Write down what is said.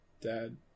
dad